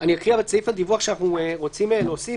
אני אקרא את סעיף הדיווח שאנחנו רוצים להוסיף,